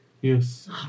Yes